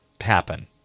happen